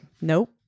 nope